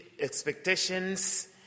expectations